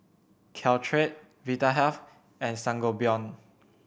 Caltrate Vitahealth and Sangobion